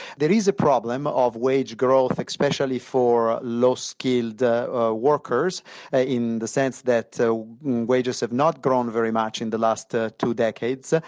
there is a problem of wage growth, especially for low-skilled workers ah in the sense that so wages have not grown very much in the last ah two decades. so